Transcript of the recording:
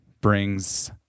brings